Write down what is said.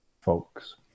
folks